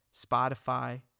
Spotify